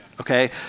okay